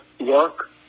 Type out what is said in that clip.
work